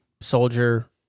soldier